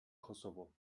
kosovo